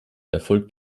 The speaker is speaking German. erfolgt